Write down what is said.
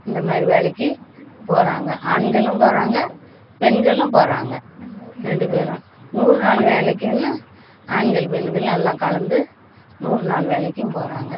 இந்த மாதிரி வேலைக்கு போகிறாங்க ஆண்களும் போகிறாங்க பெண்களும் போகிறாங்க ரெண்டு பேரும் நூறு நாளு வேலைக்கின்னா ஆண்கள் பெண்கள்னு எல்லாம் கலந்து நூறுநாள் வேலைக்கும் போகிறாங்க